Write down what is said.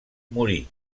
morí